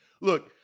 Look